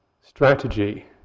strategy